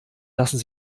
lassen